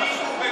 הם השמידו.